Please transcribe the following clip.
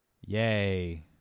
Yay